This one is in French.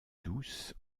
douce